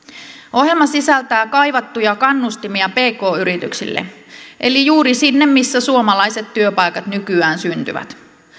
ohjelma sisältää kaivattuja kannustimia pk yrityksille eli juuri sinne missä suomalaiset työpaikat nykyään syntyvät